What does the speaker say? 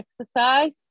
exercise